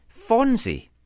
Fonzie